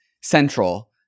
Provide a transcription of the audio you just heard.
central